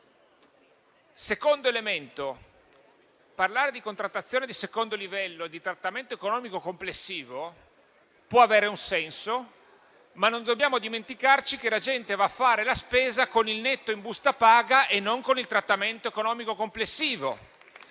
secondo luogo, parlare di contrattazione di secondo livello e di trattamento economico complessivo può avere un senso, ma non dobbiamo dimenticare che la gente va a fare la spesa con il netto in busta paga e non con il trattamento economico complessivo.